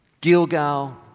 Gilgal